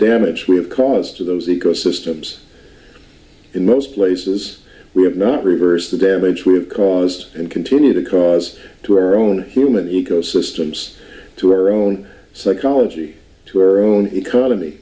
damage we've caused to those ecosystems in most places we have not reverse the damage we've caused and continue to cause to our own human ecosystems to our own psychology to our own economy